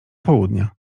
południa